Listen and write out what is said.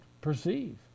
perceive